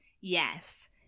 Yes